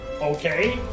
Okay